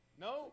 No